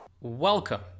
Welcome